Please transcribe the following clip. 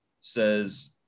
says